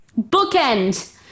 bookend